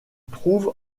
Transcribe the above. trouve